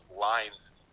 lines